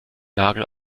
nagel